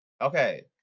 Okay